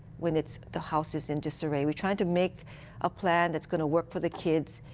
when it's the house is and disarray. we try to make a plan that's going to work for the kids.